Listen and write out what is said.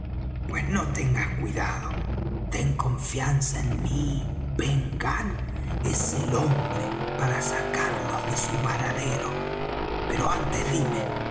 pues no tengas cuidado ten confianza en mí ben gunn es el hombre para sacarlos de su varadero pero antes dime